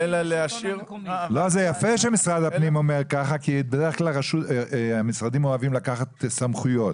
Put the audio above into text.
זה יפה שמשרד הפנים אומר כך כי בדרך כלל המשרדים אוהבים לקחת סמכויות.